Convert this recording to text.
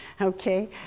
Okay